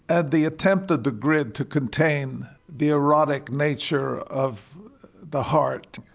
and the attempt of the grid to contain the erotic nature of the heart.